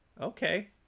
okay